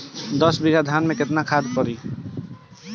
दस बिघा धान मे केतना खाद परी?